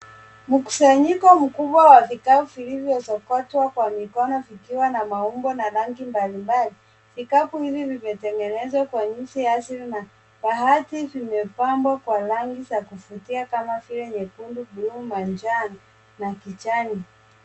Mkusanyiko mkubwa wa vikao vilivyosokotwa kwa mikono vikiwa na maumbo na rangi mbalimbali. Kikapu hivi vimetengenezwa kwa nyuzi asili na baadhi vimepambwa kwa rangi za kuvutia kama vile nyekundu, manjano na kijani.